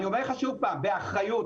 אני אומר לך שוב פעם באחריות.